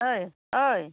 ओइ ओइ